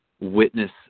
witness